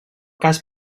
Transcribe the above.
cas